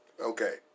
Okay